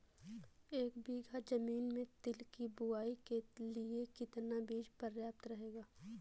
एक बीघा ज़मीन में तिल की बुआई के लिए कितना बीज प्रयाप्त रहेगा?